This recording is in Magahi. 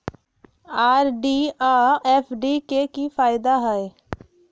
आर.डी आ एफ.डी के कि फायदा हई?